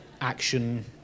action